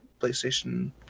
PlayStation